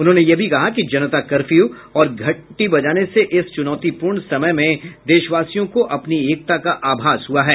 उन्होंने यह भी कहा कि जनता कर्फ्यू और घंटी बजाने से इस चुनौतीपूर्ण समय में देशवासियों को अपनी एकता का आभास हुआ है